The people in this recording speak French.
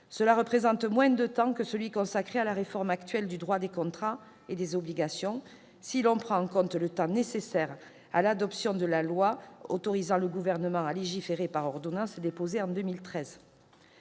qui représente moins de temps que celui qui a été consacré à la réforme actuelle du droit des contrats et des obligations, si l'on prend en compte le temps nécessaire à l'adoption du projet de loi autorisant le Gouvernement à légiférer par ordonnances, déposé en 2013.